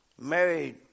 married